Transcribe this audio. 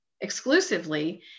exclusively